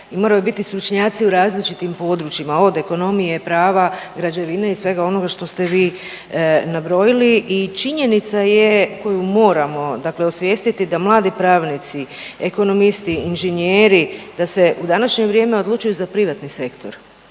moraju biti stručnjaci u različitim područjima, od ekonomije, prava, građevine i svega onoga što ste vi nabrojili. I činjenica je koju moramo dakle osvijestiti da mladi pravnici, ekonomisti, inženjeri, da se u današnje vrijeme odlučuju za privatni sektor